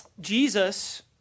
Jesus